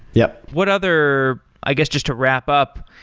yup. what other i guess just to wrap up,